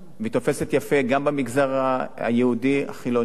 והיא תופסת יפה גם במגזר היהודי החילוני,